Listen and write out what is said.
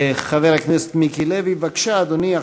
חבר הכנסת מיקי לוי, בבקשה, אדוני.